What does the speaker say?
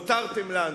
הותרתם לנו.